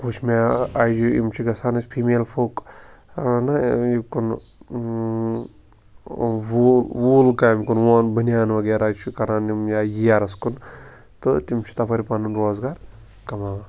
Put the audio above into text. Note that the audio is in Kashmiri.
وُچھ مےٚ اَجہ یِم چھِ گَژھان اَسہِ فیٖمیل فوک ہا نا یوٚکُن ووٗل ووٗل کامہِ کُن وونَن بینانہٕ وَغیرہ چھِ کران یِم یا ییَرسس کُن تہٕ تِم چھِ تَپٲرۍ پَنُن روزگار کَماوان